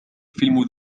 فيلم